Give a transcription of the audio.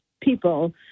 people